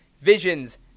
Visions